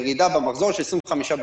ירידה במחזור של 25%,